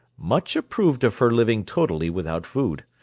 much approved of her living totally without food.